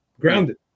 grounded